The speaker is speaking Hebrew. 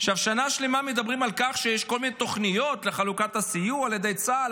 שנה שלמה מדברים על כך שיש כל מיני תוכניות לחלוקת הסיוע על ידי צה"ל,